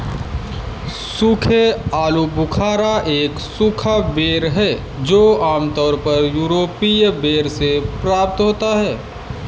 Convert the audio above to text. सूखे आलूबुखारा एक सूखा बेर है जो आमतौर पर यूरोपीय बेर से प्राप्त होता है